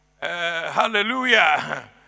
Hallelujah